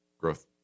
Growth